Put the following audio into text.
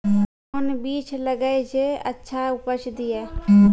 कोंन बीज लगैय जे अच्छा उपज दिये?